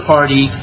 Party